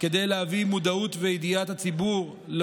כדי להביא למודעות ולידיעת הציבור את